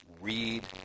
Read